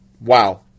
wow